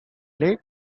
lake